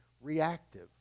reactive